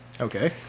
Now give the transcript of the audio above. Okay